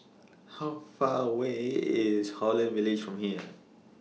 How Far away IS Holland Village from here